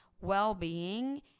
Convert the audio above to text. well-being